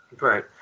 Right